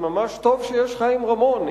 שממש טוב שיש חיים רמון.